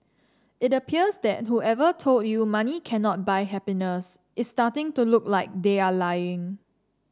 it appears that whoever told you money cannot buy happiness is starting to look like they are lying